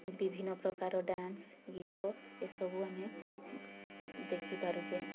ବିଭିନ୍ନ ପ୍ରକାର ଡ୍ୟାନ୍ସ ଗୀତ ଏସବୁ ଆମେ ଦେଖି ପାରୁଛେ